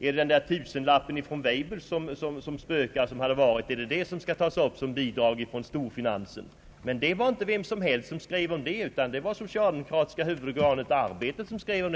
Är det den där tusenlappen från Weibulls som spökar? Det var inte vem som helst som skrev om den saken, utan det var det socialdemokratiska huvudorganet för södra Sverige, Arbetet i Malmö.